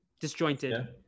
Disjointed